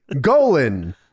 Golan